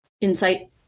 insight